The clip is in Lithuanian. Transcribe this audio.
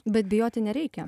bet bijoti nereikia